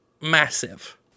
massive